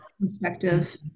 perspective